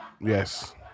Yes